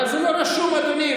אבל זה לא רשום, אדוני.